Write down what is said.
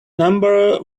number